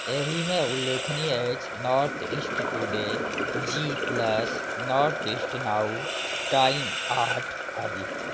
एहिमे उल्लेखनीय अछि North East Today G Plus North East Now Time आठ आदि